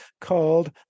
called